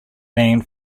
named